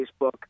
Facebook